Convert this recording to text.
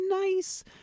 nice